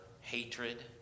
hatred